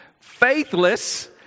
faithless